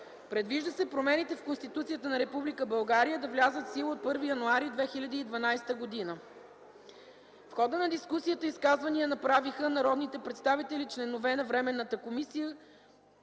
Предвижда се промените в Конституцията на Република България да влязат в сила от 1 януари 2012 г. В хода на дискусията изказвания направиха народни представители, членове на Временната комисия.